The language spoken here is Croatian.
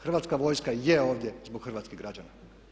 Hrvatska vojska je ovdje zbog hrvatskih građana.